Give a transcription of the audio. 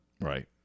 Right